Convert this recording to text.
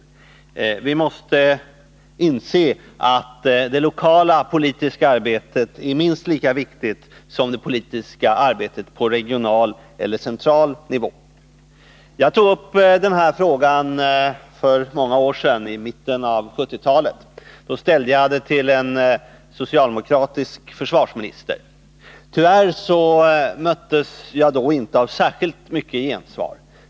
Vi måste inse att det lokala politiska arbetet är minst lika viktigt som det politiska arbetet på regional eller central nivå. Jag tog upp denna fråga för några år sedan, i mitten av 1970-talet. Då ställde jag den till en socialdemokratisk försvarsminister. Tyvärr möttes jag då inte av särskilt mycket gensvar.